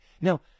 Now